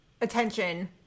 attention